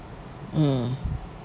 mm